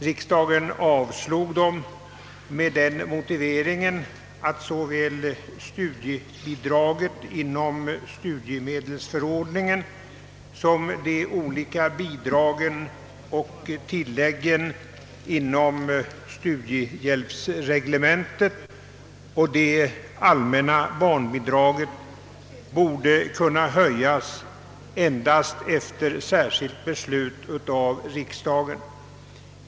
Riksdagen avslog dem med den motiveringen, att såväl studiebidraget inom studiemedelsförordningen som de olika bidragen och tilläggen inom studiehjälpsreglementet och de allmänna barnbidragen borde kunna höjas endast efter särskilt beslut av riksdagen.